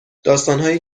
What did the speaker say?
داستانهایی